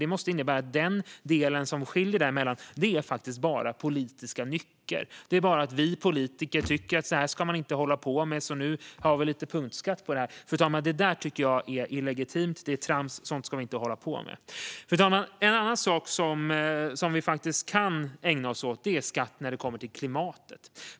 Det måste innebära att det som skiljer däremellan bara handlar om politiska nycker. Vi politiker tycker att detta är något man ska inte hålla på med, så vi har lite punktskatt på det. Jag tycker att detta är illegitimt trams som vi inte ska hålla på med. Fru talman! En annan sak som vi faktiskt kan ägna oss åt är skatt med anknytning till klimatet.